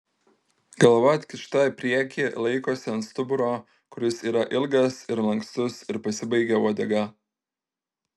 galva atkišta į priekį laikosi ant stuburo kuris yra ilgas ir lankstus ir pasibaigia uodega